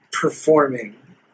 performing